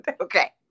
Okay